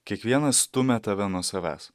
kiekvienas stumia tave nuo savęs